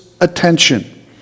attention